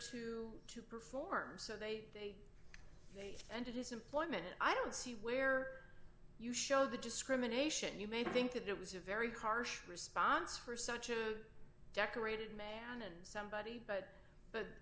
to perform so they they ended his employment and i don't see where you show the discrimination you may think that it was a very harsh response for such a decorated man and somebody but but